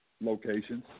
Locations